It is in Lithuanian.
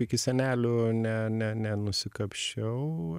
iki senelių ne ne nenusikapsčiau